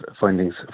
findings